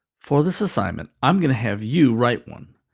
for this assignment, i'm going to have you write one.